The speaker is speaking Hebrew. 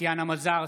טטיאנה מזרסקי,